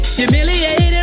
humiliated